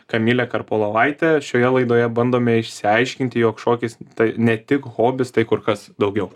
kamilė karpolovaitė šioje laidoje bandome išsiaiškinti jog šokis tai ne tik hobis tai kur kas daugiau